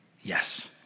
yes